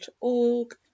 org